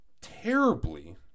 terribly